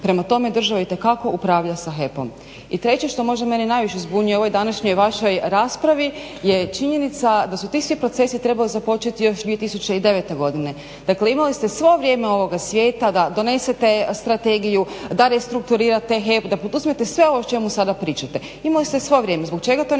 Prema tome, država itekako upravlja sa HEP-om. I treće, što možda mene najviše zbunjuje u ovoj današnjoj vašoj raspravi je činjenica da su ti svi procesi trebali započeti još 2009. godine. Dakle, imali ste svo vrijeme ovoga svijeta da donesete strategiju, da restrukturirate HEP, da poduzmete sve ovo o čemu sada pričate. Imali ste svo vrijeme. Zbog čega to niste